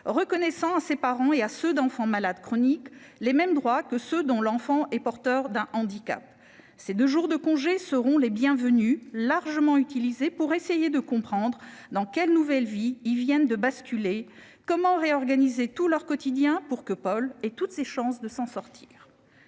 reconnaît à ces parents et à ceux d'enfants malades chroniques les mêmes droits que ceux dont l'enfant est porteur d'un handicap. Ces deux jours de congés seront les bienvenus et seront largement utilisés pour essayer de comprendre dans quelle nouvelle vie ils viennent de basculer, comment réorganiser tout leur quotidien pour que Paul ait toutes les chances de s'en sortir.